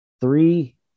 three